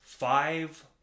Five